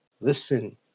Listen